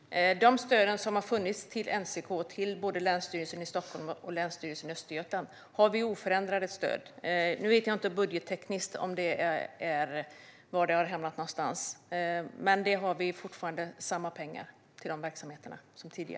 Herr talman! De stöd som har funnits till NCK, Länsstyrelsen Stockholm och Länsstyrelsen Östergötland är oförändrade. Nu vet jag inte rent budgettekniskt var det har hamnat någonstans, men vi har fortfarande samma pengar som tidigare till de verksamheterna.